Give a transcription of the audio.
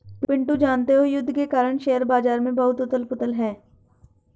पिंटू जानते हो युद्ध के कारण शेयर बाजार में बहुत उथल पुथल है